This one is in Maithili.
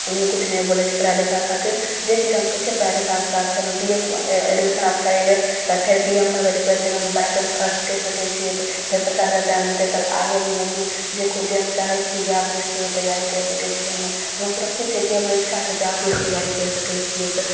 मम्मी किछु नहि बोलै छै पढ़ै लिखै खातिर जे चीज हम कहै छिए पढ़ै लिखैमे साफेमे बी ए मे एडमिशन आब करेबै तऽ फेर बी ए मे पढ़बै लिखबै तऽ फेनो बाइचान्स फस्र्ट करि सकै छिए तऽ फेर पचास हजार रुपैआ मिलतै तब आगे भी मम्मी जे खुद जे हम चाहै छिए बिहार पुलिस तैआरी करि सकै छिए हम हमर सुरक्षित छै कि हमर इच्छा छै बिहार पुलिसके तैआरी करि सकै छिए तऽ